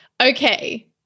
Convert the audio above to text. Okay